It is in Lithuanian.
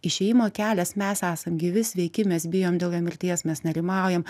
išėjimo kelias mes esam gyvi sveiki mes bijom dėl jo mirties mes nerimaujam